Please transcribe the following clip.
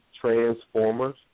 transformers